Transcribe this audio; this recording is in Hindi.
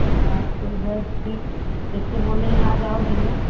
हाँ तो इधर से जैसे बोले हैं आ जाओगी न